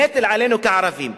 נטל עלינו כערבים.